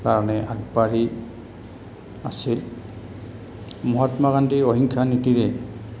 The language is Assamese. কাৰণে আগবাঢ়ি আছিল মহাত্মা গান্ধীৰ অহিংসা নীতিৰে